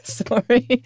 sorry